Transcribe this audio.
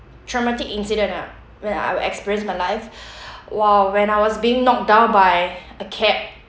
traumatic incident ah when I experience my life !wow! when I was being knocked down by a cab